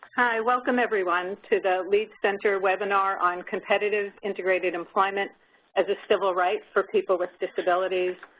hi. welcome, everyone, to the lead center webinar on competitive integrated employment as a civil right for people with disabilities.